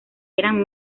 eran